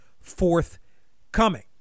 forthcoming